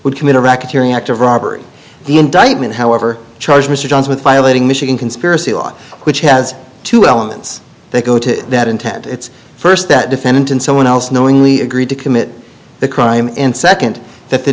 would commit a racketeering act of robbery the indictment however charged mr jones with violating michigan conspiracy law which has two elements that go to that intent it's first that defendant and someone else knowingly agreed to commit the crime and second that the